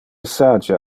sage